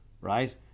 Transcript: right